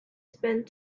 spent